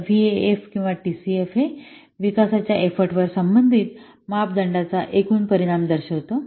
तर हे व्हीएएफ किंवा हे टीसीएफ हे विकासाच्या एफर्टवर संबंधित मापदंडाचा एकूण परिणाम दर्शवितो